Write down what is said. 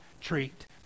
treat